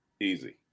easy